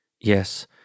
Yes